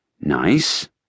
nice